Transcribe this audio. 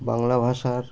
বাংলা ভাষা